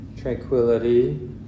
tranquility